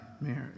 marriage